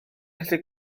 gallu